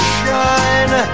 shine